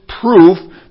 proof